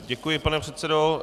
Děkuji, pane předsedo.